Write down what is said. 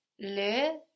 le